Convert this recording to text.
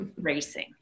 racing